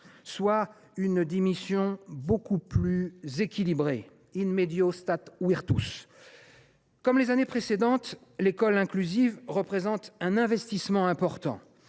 à une diminution beaucoup plus équilibrée.. Comme les années précédentes, l’école inclusive représente un investissement important.